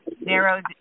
narrowed